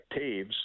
taves